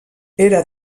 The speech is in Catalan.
era